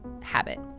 habit